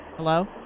Hello